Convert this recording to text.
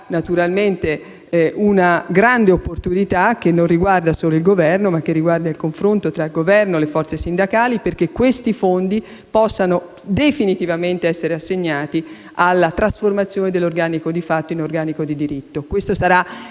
Sarà quindi una grande opportunità, che non riguarda solo il Governo, ma il confronto tra l'Esecutivo e le forze sindacali, affinché questi fondi possano definitivamente essere assegnati alla trasformazione dell'organico di fatto in organico di diritto. Insieme